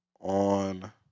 on